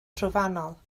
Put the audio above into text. trofannol